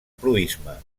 proïsme